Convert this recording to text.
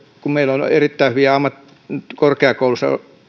kun meillä on erittäin hyviä korkeakoulun